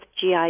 GI